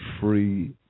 free